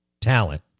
talent